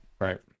right